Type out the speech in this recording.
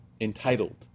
entitled